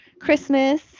Christmas